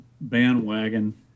bandwagon